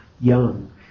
Young